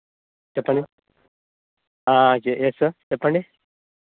చెప్పండి yes sir చెప్పండి